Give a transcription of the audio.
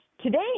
Today